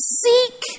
seek